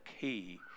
key